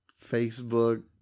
Facebook